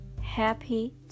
happy